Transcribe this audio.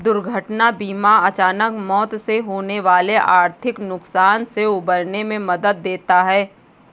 दुर्घटना बीमा अचानक मौत से होने वाले आर्थिक नुकसान से उबरने में मदद देता है